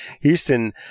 Houston